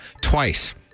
Twice